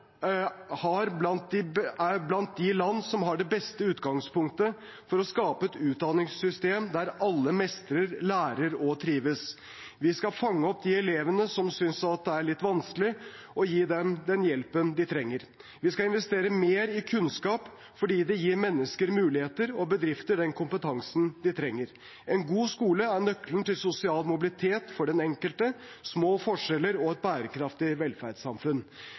er blant de land som har det beste utgangspunktet for å skape et utdanningssystem der alle mestrer, lærer og trives. Vi skal fange opp de elevene som synes det er litt vanskelig, og gi dem den hjelpen de trenger. Vi skal investere mer i kunnskap fordi det gir mennesker muligheter og bedriftene den kompetansen de trenger. En god skole er nøkkelen til sosial mobilitet for den enkelte, små forskjeller og et bærekraftig velferdssamfunn.